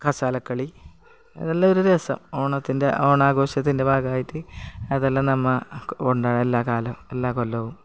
കസാലക്കളി ഇതെല്ലാം ഒരു രസം ഓണത്തിൻ്റെ ഓണാഘോഷത്തിൻ്റെ ഭാഗമായിട്ട് അതെല്ലാം നമ്മൾ ഉണ്ടായെല്ലാ കാലം എല്ലാ കൊല്ലവും